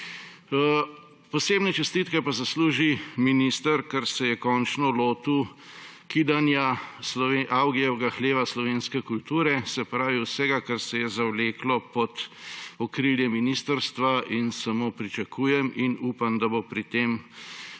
Posebne čestitke pa zasluži minister, ker se je končno lotil kidanja Avgijevega hleva slovenske kulture, se pravi vsega, kar se je zavleklo pod okrilje ministrstva. In samo pričakujem in upam, da bo s tem uspešno